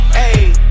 hey